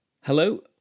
Hello